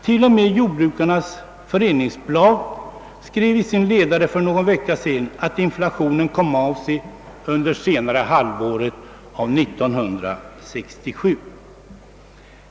Till och med Jordbrukarnas Föreningsblad skrev i sin ledare för någon vecka sedan, att inflationen kom av sig under senare halvåret 1967.